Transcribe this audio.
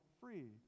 free